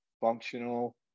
functional